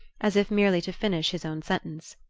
as if merely to finish his own sentence.